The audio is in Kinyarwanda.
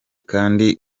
kandi